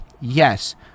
yes